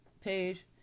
page